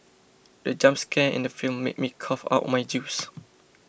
the jump scare in the film made me cough out my juice